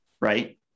right